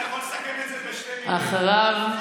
אתה יכול לסכם את זה בשתי מילים: חרטא ברטא.